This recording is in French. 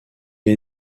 est